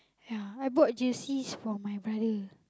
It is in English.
ya I bought jerseys for my brother